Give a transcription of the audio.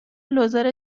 لوزر